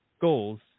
goals